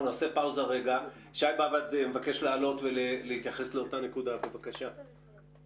שי באב"ד מבקש להתייחס, בבקשה.